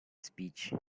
speech